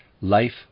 life